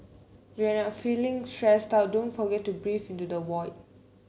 when you are feeling stressed out don't forget to breathe into the void